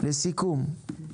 לסיכום,